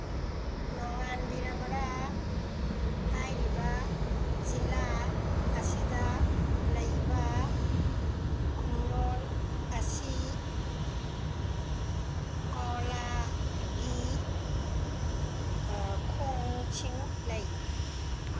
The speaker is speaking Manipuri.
ꯅꯣꯡꯉꯥꯟꯕꯤꯔꯕꯔꯥ ꯍꯥꯏꯔꯤꯕ ꯖꯤꯂꯥ ꯑꯁꯤꯗ ꯂꯩꯕ ꯈꯨꯟꯌꯣꯟ ꯑꯁꯤ ꯀꯣꯂꯥꯒꯤ ꯈꯣꯡꯁꯤꯡ ꯂꯩ